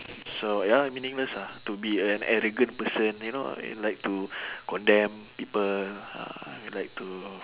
so ya lah meaningless ah to be an arrogant person you know and like to condemn people ah like to